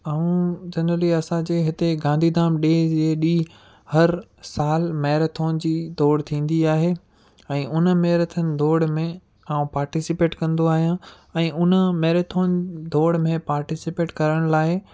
ऐं जनरली असांजे हिते गांधीधाम डे जे ॾींहुं हर साल मैरथॉन जी दौड़ थींदी आहे ऐं हुन मैरथॉन दौड़ में आउं पार्टिसिपेट कंदो आहियां ऐं हुन मैरथॉन दौड़ में पार्टिसिपेट करण लाइ